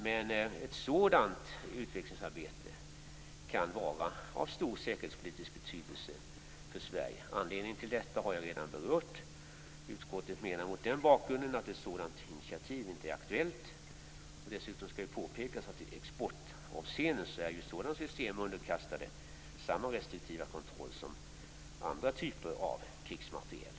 Men ett sådant utvecklingsarbete kan vara av stor säkerhetspolitisk betydelse för Sverige. Anledningen till detta har jag redan berört. Utskottet menar mot den bakgrunden att ett sådant initiativ inte är aktuellt. Dessutom skall påpekas att i exportavseende är sådana system underkastade samma restriktiva kontroll som andra typer av krigsmateriel.